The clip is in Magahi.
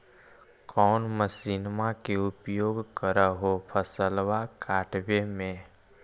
कौन मसिंनमा के उपयोग कर हो फसलबा काटबे में?